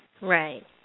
Right